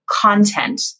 content